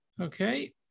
Okay